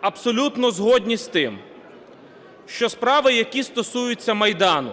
абсолютно згодні з тим, що справи, які стосуються Майдану,